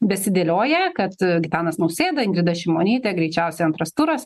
besidėlioją kad gitanas nausėda ingrida šimonytė greičiausiai antras turas